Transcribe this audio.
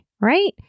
right